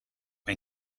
mij